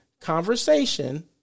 conversation